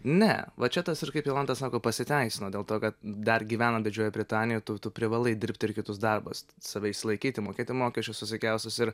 ne va čia tas ir kaip jolanta sako pasiteisino dėl to kad dar gyvenant didžiojoj britanijoj tu tu privalai dirbti ir kitus darbus save išsilaikyti mokėti mokesčius visokiausius ir